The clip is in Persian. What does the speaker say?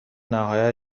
نهایت